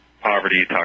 poverty